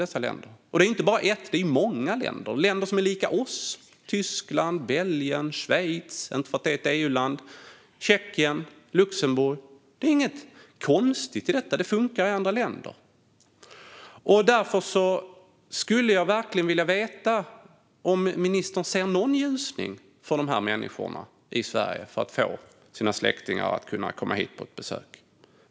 Det är inte bara ett land utan många, och det är länder som är lika vårt: Tyskland, Belgien, Schweiz, som visserligen inte är ett EU-land, Tjeckien och Luxemburg. Det är inget konstigt; det funkar i andra länder. Därför skulle jag verkligen vilja veta om ministern ser någon ljusning för dessa människor i Sverige när det gäller att kunna få hit sina släktingar på besök.